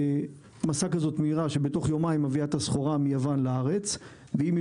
אוניית משא מהירה שמביאה תוך יומיים את הסחורה מיוון לארץ ואם היא